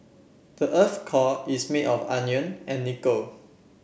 the earth's core is made of iron and nickel